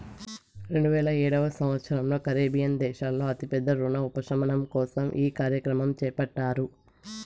రెండువేల ఏడవ సంవచ్చరంలో కరేబియన్ దేశాల్లో అతి పెద్ద రుణ ఉపశమనం కోసం ఈ కార్యక్రమం చేపట్టారు